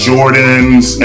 Jordans